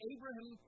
Abraham